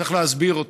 צריך להסביר אותם.